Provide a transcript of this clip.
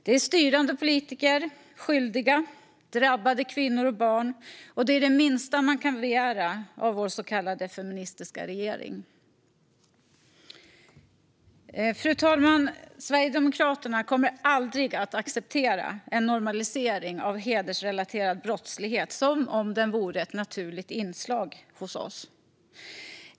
Det är styrande politiker skyldiga drabbade kvinnor och barn, och det är det minsta man kan begära av vår så kallade feministiska regering. Fru talman! Sverigedemokraterna kommer aldrig att acceptera en normalisering av hedersrelaterad brottslighet som om den vore ett naturligt inslag hos oss.